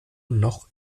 noch